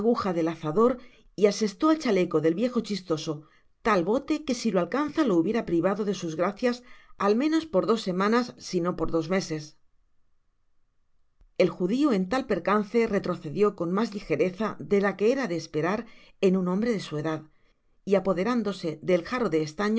ílel azador y asestó al chaleco del viejo chistoso tal bote que si h alcanza le hubiera privado de sus gracias al menos por seis semanas sino por dos meses el judio en tal percance retrocedió con mas ligereza de la que era de esperar en un hombre de su edad y apoderándose del jarro de estaño